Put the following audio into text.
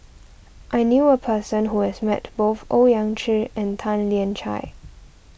I knew a person who has met both Owyang Chi and Tan Lian Chye